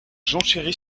jonchery